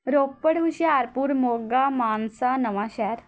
Ropar Hoshiarpur Moga Mansa Nawanshahr